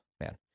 man